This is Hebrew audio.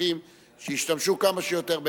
המאבטחים שישתמשו כמה שיותר בהליקופטרים.